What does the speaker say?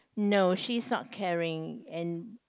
no she's not carrying and